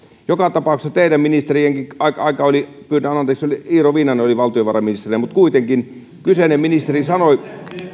joka tapauksessa teidän ministeriennekin aika aika oli pyydän anteeksi iiro viinanen oli valtiovarainministerinä mutta kuitenkin kyseinen ministeri sanoi